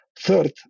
Third